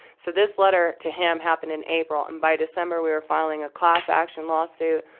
so this letter to him happened in april. and by december, we were filing a class action lawsuit.